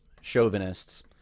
chauvinists